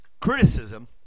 Criticism